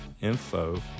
info